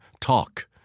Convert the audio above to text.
Talk